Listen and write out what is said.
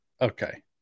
Okay